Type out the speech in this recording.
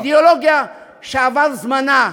היא אידיאולוגיה שעבר זמנה,